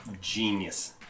genius